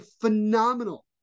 phenomenal